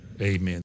amen